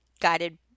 guided